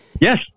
Yes